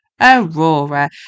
Aurora